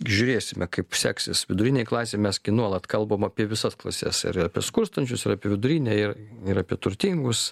žiūrėsime kaip seksis vidurinei klasei mes gi nuolat kalbam apie visas klases ir apie skurstančius ir apie vidurinę ir ir apie turtingus